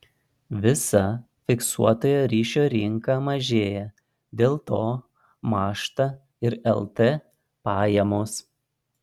visa fiksuotojo ryšio rinka mažėja dėl to mąžta ir lt pajamos